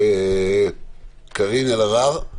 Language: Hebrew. קארין אלהרר.